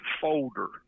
folder